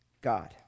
God